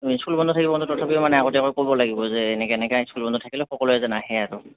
school বন্ধ থাকিব তথাপিও মানে আগতীয়াকৈ ক'ব লাগিব যে এনেকৈ এনেকৈ স্কুল বন্ধ থাকিলেও সকলোৱে যেন আহে আৰু